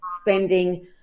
spending